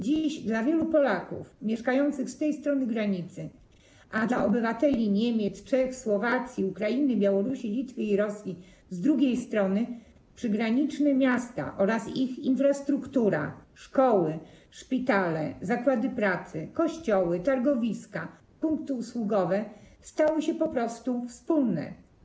Dziś dla wielu Polaków mieszkających z tej strony granicy i dla obywateli Niemiec, Czech, Słowacji, Ukrainy, Białorusi, Litwy i Rosji z drugiej strony granicy przygraniczne miasta oraz ich infrastruktura, szkoły, szpitale, zakłady pracy, kościoły, targowiska, punkty usługowe stały się po prostu wspólne.